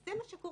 זה מה שקורה